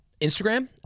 Instagram